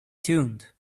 tuned